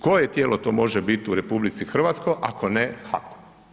Koje tijelo to može biti u RH, ako ne HAP.